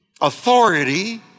Authority